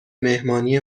مهمانی